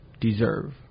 deserve